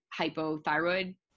hypothyroid